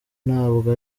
ntabwo